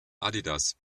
adidas